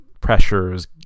pressures